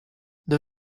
der